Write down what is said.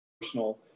personal